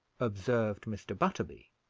observed mr. butterby.